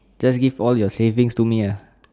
just give all your saving to me ah